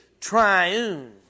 triune